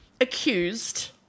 accused